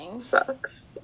Sucks